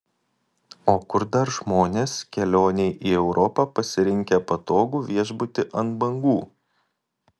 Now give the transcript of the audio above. o kur dar žmonės kelionei į europą pasirinkę patogų viešbutį ant bangų